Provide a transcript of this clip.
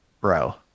Bro